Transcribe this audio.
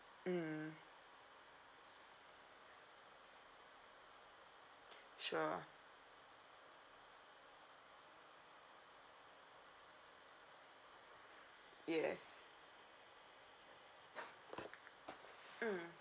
mm sure yes mm